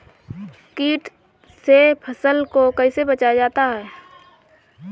कीट से फसल को कैसे बचाया जाता हैं?